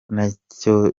nacyo